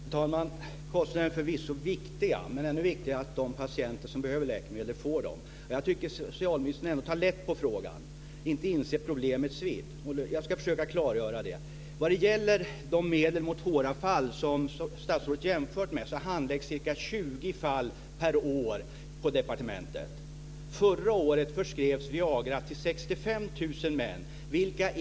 Fru talman! Kostnaderna är förvisso viktiga men ännu viktigare är det att de patienter som behöver läkemedel får dessa. Jag tycker alltså att socialministern tar lätt på frågan och inte inser problemets vidd, vilket jag ska försöka klargöra. Vad gäller de medel mot håravfall som statsrådet jämfört med handläggs ca 20 fall per år på departementet. Förra året förskrevs Viagra till 65 000 män.